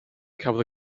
cafodd